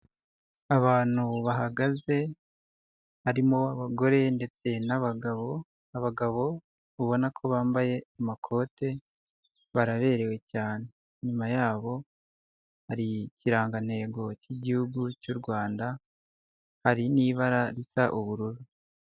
Abantu bahagaze harimo abagore ndetse n'abagabo, abagabo ubona ko bambaye amakote baraberewe cyane inyuma yabo hari ikirangantego cy'igihugu cy'u Rwanda hari n'ibara risa ubururu.